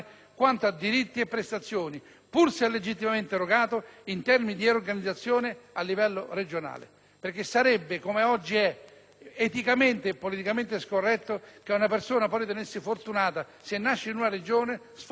pur se legittimamente erogato, in termini di organizzazione, a livello regionale. Sarebbe, come oggi è, eticamente e politicamente scorretto che una persona possa ritenersi fortunata se nasce in una Regione, sfortunata se nasce in un'altra.